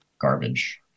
garbage